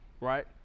right